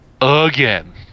again